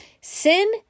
Sin